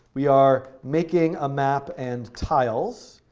we are making a map and tiles.